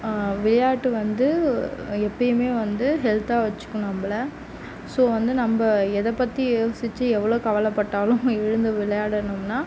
விளையாட்டு வந்து எப்பவுமே வந்து ஹெல்த்தாக வெச்சுக்கும் நம்மள ஸோ வந்து நம்ம எதை பற்றி யோசித்து எவ்வளோ கவலைப்பட்டாலும் எழுந்து விளையாடணும்னா